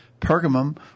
Pergamum